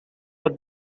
for